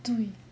对